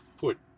put